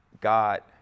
God